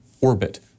orbit